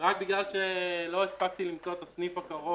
רק בגלל שלא הספקתי למצוא את הסניף הקרוב.